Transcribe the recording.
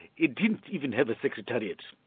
it didn't even have a secretariat,